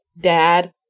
dad